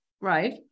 Right